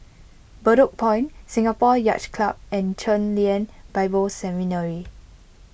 Bedok Point Singapore Yacht Club and Chen Lien Bible Seminary